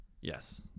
yes